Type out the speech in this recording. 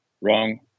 wrong